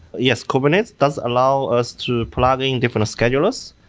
yes, kubernetes does allow us to plug in different schedulers.